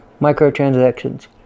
microtransactions